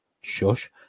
shush